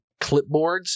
clipboards